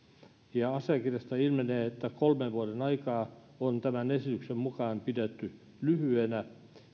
asiakirjoista ilmenee että kolmen vuoden aikaa on tämän esityksen mukaan pidetty lyhyenä